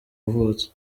wavutse